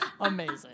Amazing